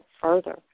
further